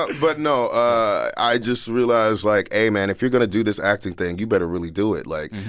but no, i just realized, like, hey, man, if you're going to do this acting thing, you better really do it, like.